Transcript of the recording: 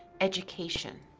education,